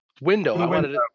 window